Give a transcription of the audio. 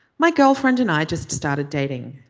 my girlfriend and i just started dating.